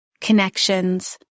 connections